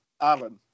Alan